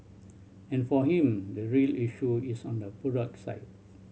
and for him the real issue is on the product side